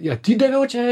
jį atidaviau čia